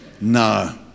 no